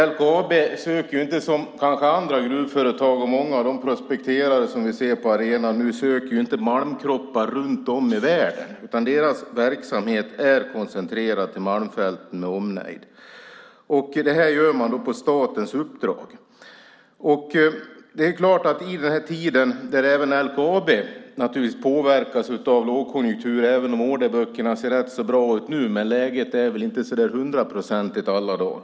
LKAB söker inte som kanske andra gruvföretag och många av de prospekterare som finns malmkroppar runt om i världen, utan dess verksamhet är koncentrerad till Malmfälten med omnejd. Det gör man på statens uppdrag. I denna tid påverkas även LKAB av lågkonjunkturen även om orderböckerna ser rätt så bra ut nu. Läget är inte hundraprocentigt bra alla dagar.